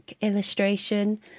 illustration